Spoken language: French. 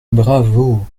bravo